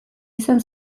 izan